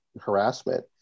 harassment